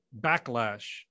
backlash